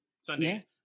Sunday